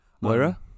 Moira